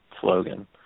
slogan